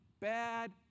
bad